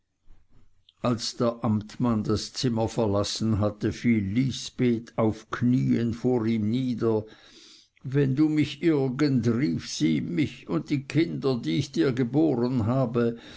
als der amtmann das zimmer verlassen hatte fiel lisbeth auf knien vor ihm nieder wenn du mich irgend rief sie mich und die kinder die ich dir geboren habe